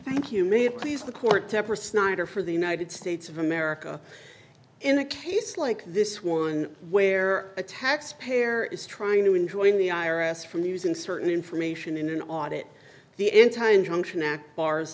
thank you may please the court tepper snyder for the united states of america in a case like this one where a tax pair is trying to enjoying the i r s from using certain information in an audit the entire injunction at bars